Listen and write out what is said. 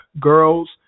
Girls